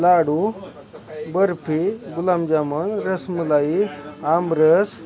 लाडू barfi gulab jamun rasmalai आमरस